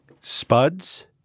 Spuds